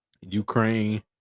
Ukraine